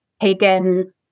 taken